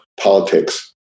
politics